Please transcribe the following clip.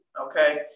Okay